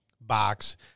box